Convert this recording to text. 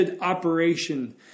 operation